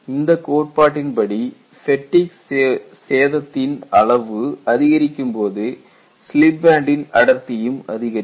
இந்தக் கோட்பாட்டின்படி ஃபேட்டிக் சேதத்தின் அளவு அதிகரிக்கும்போது ஸ்லீப் பேண்டின் அடர்த்தியும் அதிகரிக்கும்